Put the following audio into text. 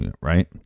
right